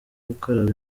gukaraba